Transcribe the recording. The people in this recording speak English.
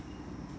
ah